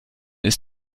ist